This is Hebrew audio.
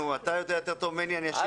אתה יודע יותר טוב ממני, אני אשאיר את זה לך.